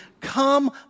come